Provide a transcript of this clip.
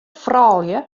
froulju